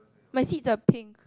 my seats are pink